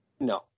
No